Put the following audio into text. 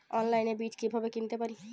অনলাইনে বীজ কীভাবে কিনতে পারি?